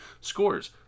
scores